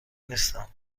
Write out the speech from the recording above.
نیستم